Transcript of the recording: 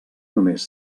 només